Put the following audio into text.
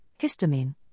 histamine